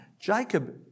Jacob